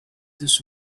this